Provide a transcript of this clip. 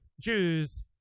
jews